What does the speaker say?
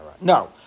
No